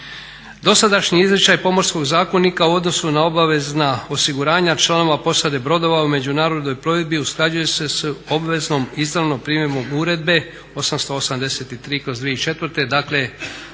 Dosadašnji izričaj Pomorskog zakonika u odnosu na obavezna osiguranja članova posade brodova u međunarodnoj plovidbi usklađuje se s obveznom izravnom primjenom uredbe 883/2004.,